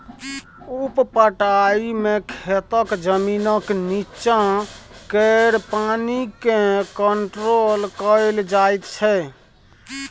उप पटाइ मे खेतक जमीनक नीच्चाँ केर पानि केँ कंट्रोल कएल जाइत छै